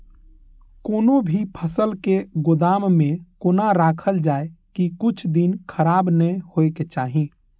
कोनो भी फसल के गोदाम में कोना राखल जाय की कुछ दिन खराब ने होय के चाही?